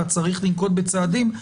צריך לנקוט בצעדים,